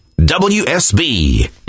WSB